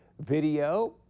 video